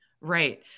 Right